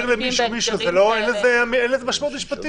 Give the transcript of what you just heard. משהו למישהו אין לזה משמעות משפטית?